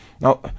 now